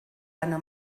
ana